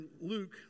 Luke